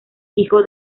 hijo